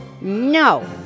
No